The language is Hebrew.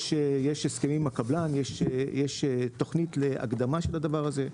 יש הסכמים עם הקבלן; יש תכנית להקדמה של הדבר הזה.